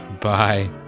Bye